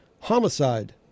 Homicide